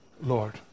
Lord